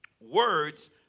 Words